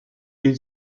hil